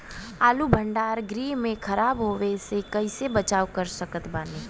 आलू भंडार गृह में खराब होवे से कइसे बचाव कर सकत बानी?